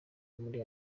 muri